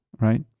right